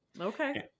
Okay